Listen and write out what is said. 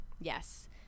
Yes